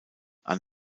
auf